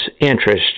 interest